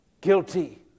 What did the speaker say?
guilty